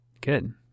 Good